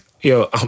Yo